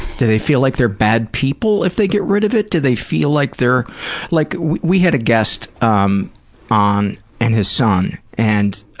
do they feel like they're bad people if they get rid of it? do they feel like like we we had guest um on and his son. and